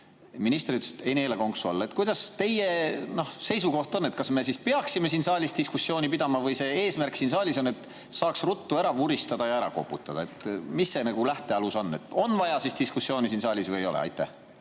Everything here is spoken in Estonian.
Minister ütles, et ei neela konksu alla. Kuidas teie seisukoht on: kas me peaksime siin saalis diskussiooni pidama või eesmärk siin saalis on, et saaks ruttu ära vuristada ja ära koputada? Mis see lähtealus on, kas on vaja diskussiooni siin saalis või ei ole? Aitäh,